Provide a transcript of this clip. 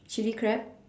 chilli crab